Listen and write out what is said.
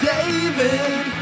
David